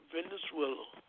Venezuela